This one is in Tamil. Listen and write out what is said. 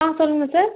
ஆ சொல்லுங்கள் சார்